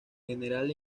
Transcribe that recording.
general